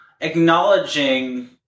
acknowledging